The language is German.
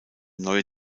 neue